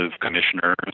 commissioners